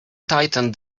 tightened